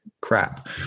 crap